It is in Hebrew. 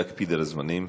להקפיד על הזמנים.